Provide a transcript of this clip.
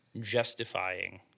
justifying